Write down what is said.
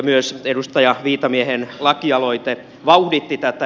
myös edustaja viitamiehen lakialoite vauhditti tätä